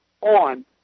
on